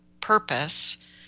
purpose